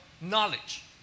knowledge